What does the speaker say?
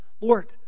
Lord